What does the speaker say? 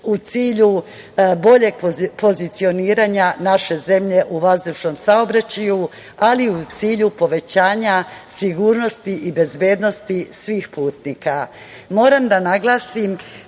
u cilju boljeg pozicioniranja naše zemlje u vazdušnom saobraćaju, ali u cilju povećanja sigurnosti i bezbednosti svih putnika. Moram